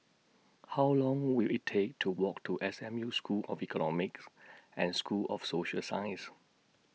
How Long Will IT Take to Walk to S M U School of Economics and School of Social Sciences